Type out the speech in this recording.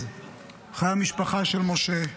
חיי המשפחה של משה,